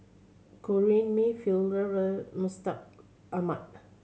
Corrinne May Mustaq Ahmad